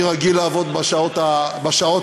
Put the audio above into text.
אני רגיל לעבוד בשעות האלה,